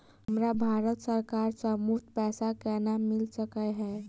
हमरा भारत सरकार सँ मुफ्त पैसा केना मिल सकै है?